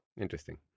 Interesting